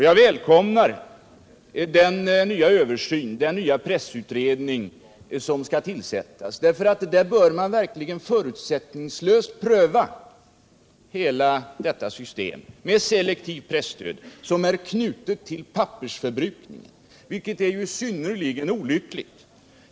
Jag välkomnar den nya pressutredning som skall tillsättas. I en sådan bör man verkligen förutsättningslöst pröva hela detta system med selektivt presstöd, som är knutet till pappersförbrukning — vilket är synnerligen olyckligt.